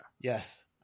Yes